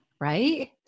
Right